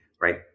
right